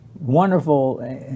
wonderful